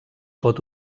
pot